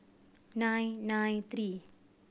nine nine three